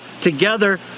together